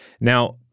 Now